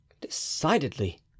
Decidedly